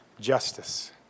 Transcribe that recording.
Justice